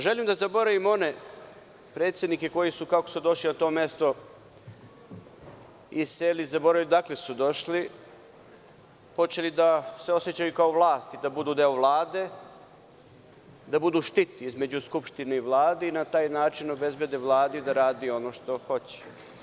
Želim da zaboravim one predsednike koji su kako su došli na to mesto i seli, zaboravili odakle su došli, počeli da se osećaju kao vlast i da budu deo Vlade, da budu štit između Skupštine i Vlade i na taj način obezbede Vladi da radi ono što hoće.